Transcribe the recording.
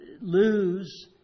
lose